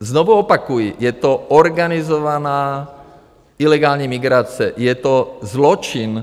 Znovu opakuji, je to organizovaná ilegální migrace, je to zločin.